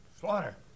Slaughter